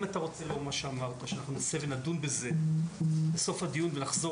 אם אתה רוצה שנדון בזה בסוף הדיון ונחזור